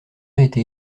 été